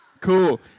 Cool